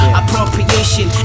appropriation